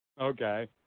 Okay